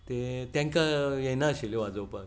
तांकां येनाशिल्लें वाजोवपाक